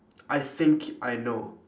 I think I know